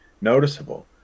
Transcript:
noticeable